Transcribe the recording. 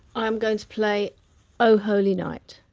i'm going to play oh holy night